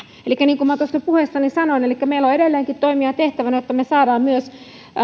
ryhmää niin kuin minä puheessani sanoin meillä on edelleenkin toimia tehtävänä jotta me saamme myös muun muassa